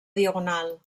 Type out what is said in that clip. diagonal